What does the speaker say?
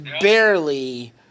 barely